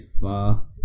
far